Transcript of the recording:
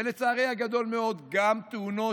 ולצערי הגדול מאוד גם תאונות,